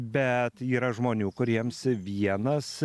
bet yra žmonių kuriems vienas